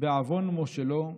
בעוון מושלו.